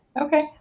Okay